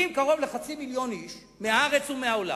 בתוך יממה מגיעים למקום הזה קרוב לחצי מיליון איש מהארץ ומהעולם.